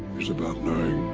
is about knowing,